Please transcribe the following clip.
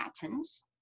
patterns